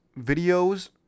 videos